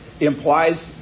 implies